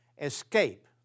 Escape